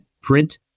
print